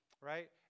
Right